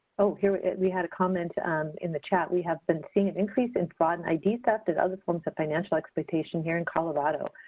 we had a comment um in the chat. we have been seeing an increase in fraud and i d. theft and other forms of financial exploitations here in colorado.